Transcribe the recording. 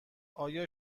آیا